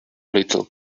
little